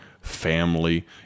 family